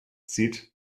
zieht